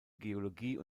geologie